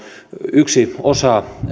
yksi osa